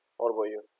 what about you